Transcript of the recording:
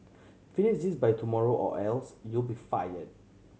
finish this by tomorrow or else you be fire